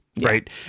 right